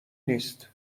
نیست